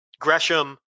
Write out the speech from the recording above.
Gresham